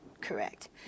correct